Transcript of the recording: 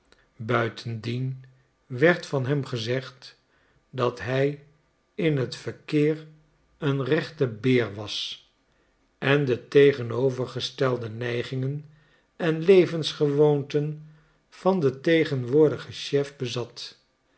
buitendien werd van hem gezegd dat hij in het verkeer een rechte beer was en de tegenovergestelde neigingen en levensgewoonten van den tegenwoordigen chef bezat